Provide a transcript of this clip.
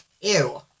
Ew